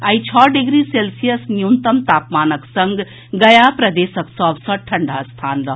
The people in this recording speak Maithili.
आई छओ डिग्री सेल्सियस न्यूनतम तापमानक संग गया प्रदेशक सभ सँ ठंढ़ा स्थान रहल